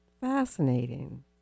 Fascinating